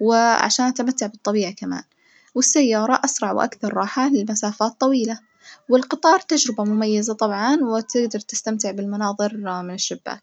و عشان أتمتع بالطبيعة كمان، والسيارة أسرع وأكثر راحة للمسافات الطويلة والقطار تجربة مميزة طبعًا وتجدر تستمتع بالمناظر من الشباك.